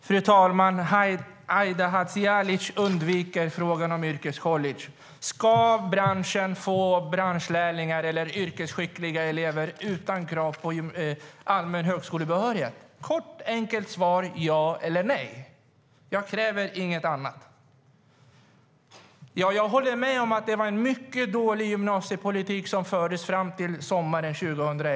Fru talman! Aida Hadzialic undviker frågan om yrkescollege. Ska branschen få branschlärlingar eller yrkesskickliga elever utan krav på allmän högskolebehörighet? Jag kräver inget annat än ett kort, enkelt svar: ja eller nej. Jag håller med om att det var en mycket dålig gymnasiepolitik som fördes fram till sommaren 2011.